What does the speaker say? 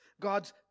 God's